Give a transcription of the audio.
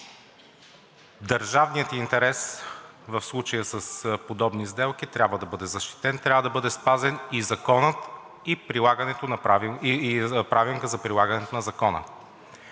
Държавният интерес в случая с подобни сделки трябва да бъде защитен. Трябва да бъде спазен и Законът, и Правилникът за прилагането на закона.